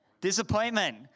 Disappointment